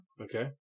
Okay